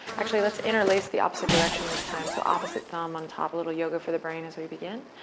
actually let's interlace the opposite direction this time, so opposite thumb on top, a little yoga for the brain as we begin.